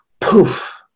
poof